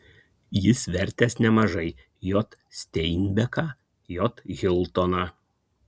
jis vertęs nemažai j steinbeką j hiltoną